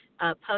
post